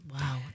Wow